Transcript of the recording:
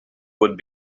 would